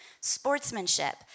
sportsmanship